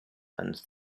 and